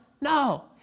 No